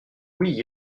oui